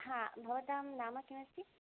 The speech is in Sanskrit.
हा भवतां नाम किमस्ति